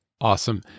Awesome